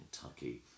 Kentucky